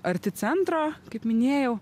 arti centro kaip minėjau